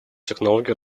технологий